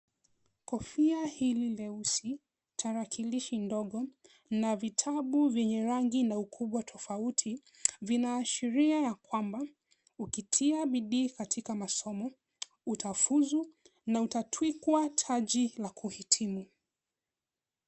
Kofia hili leusi, tarakilishi ndogo, na vitabu vyenye rangi na ukubwa tofauti vinaashiria ya kwamba ukitia bidii katika masomo, utafuzu na utatwikwa taji la kuhitimu.